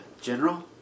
General